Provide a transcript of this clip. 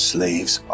Slaves